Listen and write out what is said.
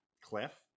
cliff